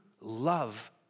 love